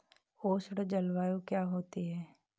उष्ण जलवायु क्या होती है?